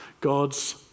God's